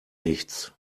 nichts